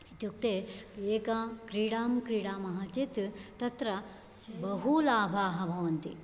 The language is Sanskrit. इत्युक्ते एकां क्रीडां क्रीडामः चेत् तत्र बहु लाभाः भवन्ति